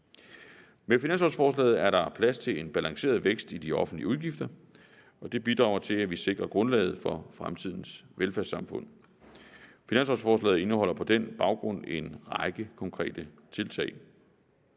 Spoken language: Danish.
Med finanslovforslaget er der plads til en balanceret vækst i de offentlige udgifter, og det bidrager til, at vi sikrer grundlaget for fremtidens velfærdssamfund. Finanslovforslaget indeholder på den baggrund en række konkrete tiltag.